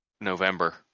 November